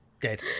Dead